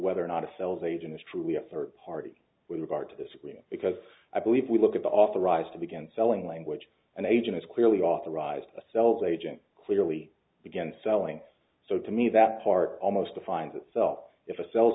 whether or not a sales agent is true we have a third party with regard to this because i believe we look at the authorized to begin selling language an agent is clearly authorized a sells agent clearly begin selling so to me that part almost defines itself if a sales